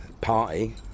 party